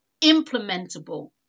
implementable